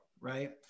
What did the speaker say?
right